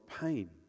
pain